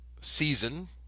season